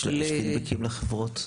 יש פידבקים לחברות?